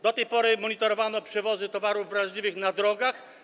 Do tej pory monitorowano przewozy towarów wrażliwych na drogach.